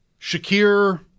Shakir